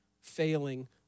failing